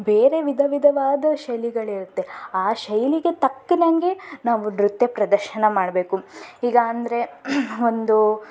ಬೇರೆ ವಿಧ ವಿಧವಾದ ಶೈಲಿಗಳಿರುತ್ತೆ ಆ ಶೈಲಿಗೆ ತಕ್ಕಹಂಗೆ ನಾವು ನೃತ್ಯ ಪ್ರದರ್ಶನ ಮಾಡಬೇಕು ಈಗ ಅಂದರೆ ಒಂದು